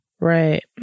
Right